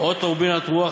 או טורבינת רוח,